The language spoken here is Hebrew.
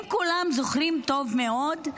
אם כולם זוכרים טוב מאוד,